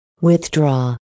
Withdraw